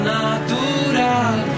natural